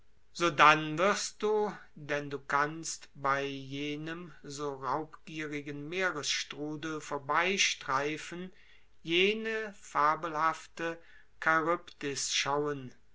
sodann wirst du denn du kannst bei jenem so raubgierigen meeresstrudel vorbeistreifen jene fabelhafte charybdis schauen